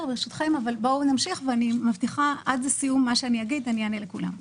אבל בואו נמשיך ואני מבטיחה עד הסיום לענות לכולם.